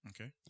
Okay